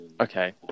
Okay